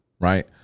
right